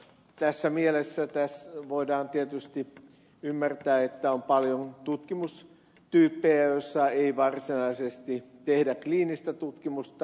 tässä mielessä voidaan tietysti ymmärtää että on paljon tutkimustyyppejä joissa ei varsinaisesti tehdä kliinistä tutkimusta